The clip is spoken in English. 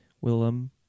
Willem